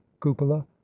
cupola